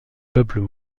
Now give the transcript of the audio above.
peuples